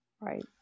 Right